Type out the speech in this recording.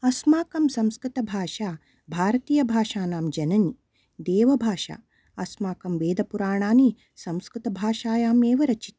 अस्माकम् संस्कृतभाषा भारतीयभाषाणां जननी देवभाषा अस्माकं वेदपुराणानि संस्कृतभाषायाम् एव रचिता